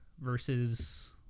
versus